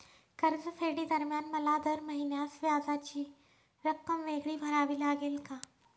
कर्जफेडीदरम्यान मला दर महिन्यास व्याजाची रक्कम वेगळी भरावी लागेल का?